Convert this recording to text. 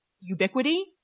ubiquity